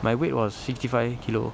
my weight was sixty five kilo